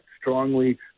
strongly